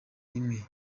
rimwe